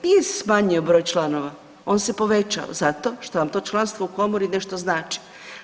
Nije se smanjio broj članova on se povećao zato što vam to članstvo u komori nešto znači.